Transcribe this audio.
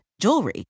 jewelry